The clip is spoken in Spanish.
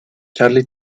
charlie